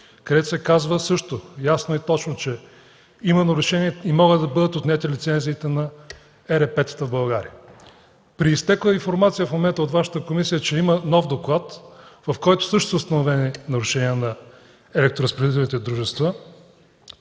където се казва също ясно и точно, че има нарушения и могат да бъдат отнети лицензиите на ЕРП-тата в България, при изтекла информация в момента от Вашата комисия, че има нов доклад, в който също са споменати нарушения на